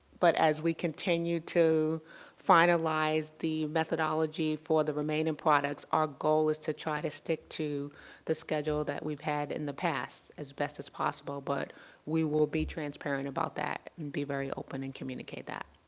but as we continue to finalize the methodology for the remaining products, our goal is to try to stick to the schedule we've had in the past as best as possible but we will be transparent about that and be very open and communicate that.